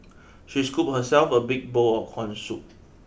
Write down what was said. she scooped herself a big bowl of corn soup